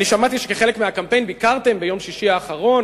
אני שמעתי שכחלק מהקמפיין ביקרתם ביום שישי האחרון